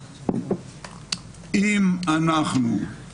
אם אנחנו נפעל